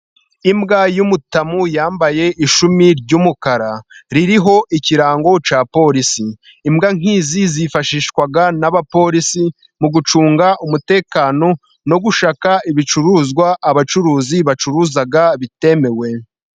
Imbwa y'umutamu yambaye ishumi ry'umukara, ririho ikirango cya polisi. Imbwa nki'izi zifashishwa n'abapolisi, mu gucunga umutekano no gusaka ibicuruzwa abacuruzi bacuruza bitemewe.